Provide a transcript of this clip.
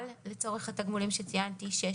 לצורך התגמולים שציינתי על פי סעיפים 6,